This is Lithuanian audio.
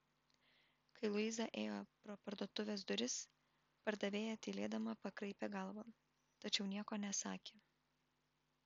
kai luiza ėjo pro parduotuvės duris pardavėja tylėdama pakraipė galvą tačiau nieko nesakė